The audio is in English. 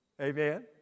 Amen